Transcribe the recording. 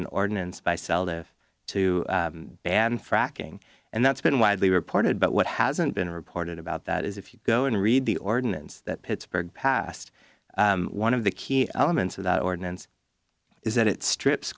an ordinance buy sell the to ban fracking and that's been widely reported but what hasn't been reported about that is if you go and read the ordinance that pittsburgh passed one of the key elements of that ordinance is that it strips